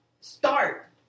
start